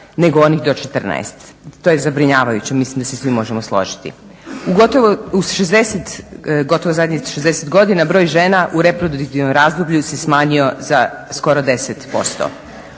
nego onih do 14. To je zabrinjavajuće, mislim da se svi možemo složiti. Gotovo u zadnjih 60 godina broj žena u reproduktivnom razdoblju se smanjio za skoro 10%.